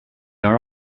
are